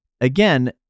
again